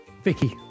Vicky